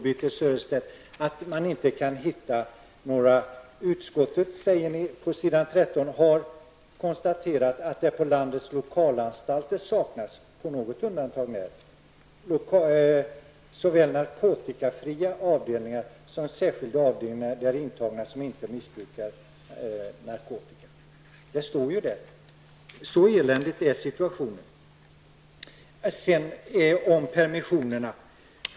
På s. 13 i betänkandet står det: ''Utskottet har däremot konstaterat att det på landets lokalanstalter saknats, på något undantag när, såväl narkotikafria avdelningar som särskilda avdelningar för intagna som inte missbrukar narkotika --.'' Så eländigt är det. Sedan något om permissionerna.